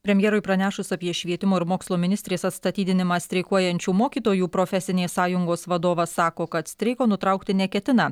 premjerui pranešus apie švietimo ir mokslo ministrės atstatydinimą streikuojančių mokytojų profesinės sąjungos vadovas sako kad streiko nutraukti neketina